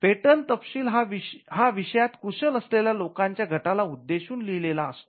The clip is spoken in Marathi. पेटंट तपशील हा विषयात कुशल असलेल्या लोकांच्या गटाला उद्देशून लिहिलेले असतो